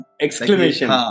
Exclamation